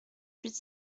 huit